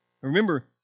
Remember